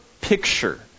picture